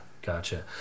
Gotcha